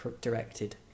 directed